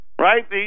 Right